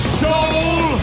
soul